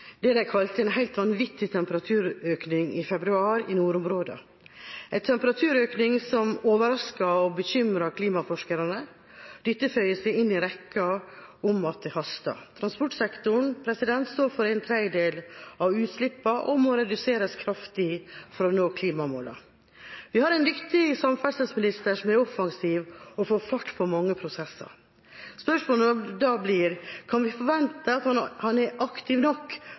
februar i nordområdene, en temperaturøkning som overrasker og bekymrer klimaforskerne. Dette føyer seg inn i rekken om at det haster. Transportsektoren står for en tredjedel av utslippene og må reduseres kraftig for å nå klimamålene. Vi har en dyktig samferdselsminister som er offensiv og får fart på mange prosesser. Spørsmålet blir da: Kan vi forvente at han er aktiv nok